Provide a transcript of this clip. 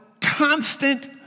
constant